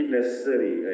necessary